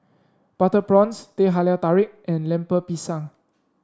Butter Prawns Teh Halia Tarik and Lemper Pisang